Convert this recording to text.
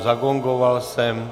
Zagongoval jsem.